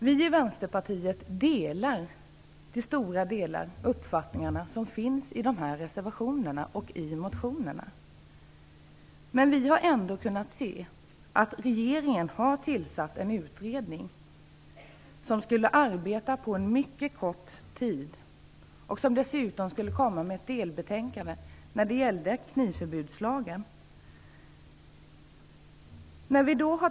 Vi i Vänsterpartiet delar till stora delar de uppfattningar som finns i reservationerna och i motionerna, men vi har ändå kunnat se att regeringen har tillsatt en utredning som skall arbeta på mycket kort tid och som dessutom skall komma med ett delbetänkande när det gäller knivförbudslagen.